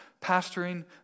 pastoring